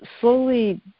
slowly